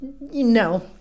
No